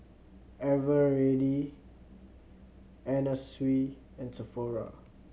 Eveready Anna Sui and Sephora